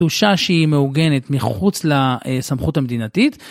תושה שהיא מאורגנת מחוץ לסמכות המדינתית.